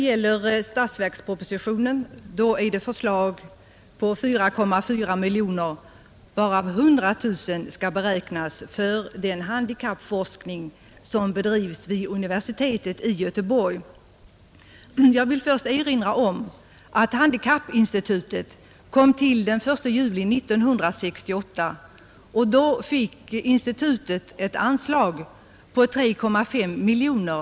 I statsverkspropositionen föreslås anslaget bli 4,4 miljoner kronor varav 100 000 kronor skall beräknas för den handikappforskning som bedrivs vid universitetet i Göteborg. Jag vill först erinra om att handikappinstitutet inrättades den 1 juli 1968. Då fick institutet ett anslag på 3,5 miljoner.